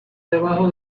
debajo